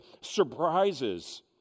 surprises